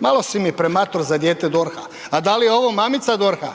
Malo si mi premator za dijete DORH-a, a da li je ovo mamica DORH-a?